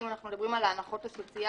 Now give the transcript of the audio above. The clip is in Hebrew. אם אנחנו מדברים על ההנחות הסוציאליות,